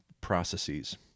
processes